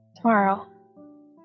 Tomorrow